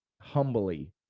humbly